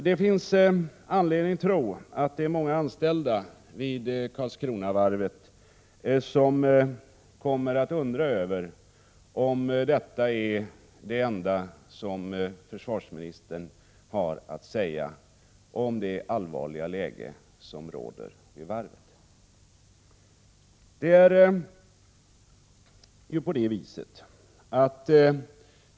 Det finns anledning tro att många anställda vid Karlskronavarvet kommer att undra, om detta är det enda som försvarsministern har att säga om det allvarliga läge som råder vid varvet.